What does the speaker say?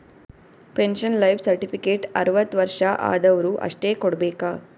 pension life certificate ಅರ್ವತ್ ವರ್ಷ ಆದ್ವರು ಅಷ್ಟೇ ಕೊಡ್ಬೇಕ